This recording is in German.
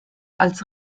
als